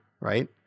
right